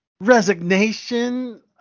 Resignation